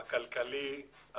הכלכלי,